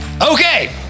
Okay